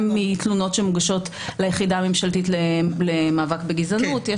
גם מתלונות שמוגשות ליחידה הממשלתית במאבק בגזענות.